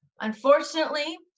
unfortunately